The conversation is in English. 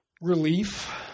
relief